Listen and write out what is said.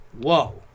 Whoa